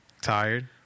tired